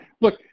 look